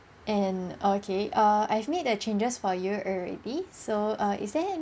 and okay err I've made the changes for years already so err is there a~